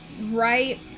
Right